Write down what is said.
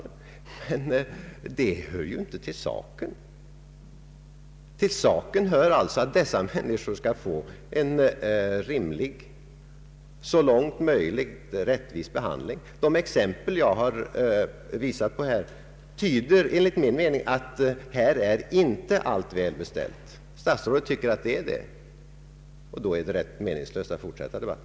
Men det hör ju inte till saken. Till saken hör att dessa människor skall få en rimlig och så långt möjligt rättvis behandling. Exempel som jag har visat på här tyder enligt min uppfattning på att allt inte är väl beställt i det avseendet. Statsrådet tycker att det är det, och då är det rätt meningslöst att fortsätta debatten.